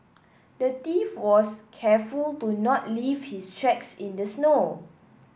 the thief was careful to not leave his tracks in the snow